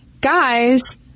guys